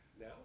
Now